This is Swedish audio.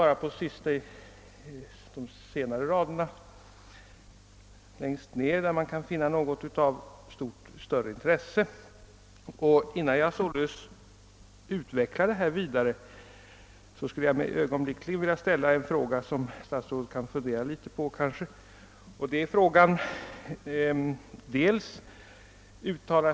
bara på de allra sista raderna man finner något av större intresse. Innan jag utvecklar denna fråga vidare vill jag därför ställa ytterligare några frågor, som statsrådet kanske vill fundera på litet.